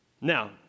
Now